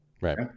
Right